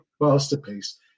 masterpiece